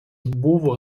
buvo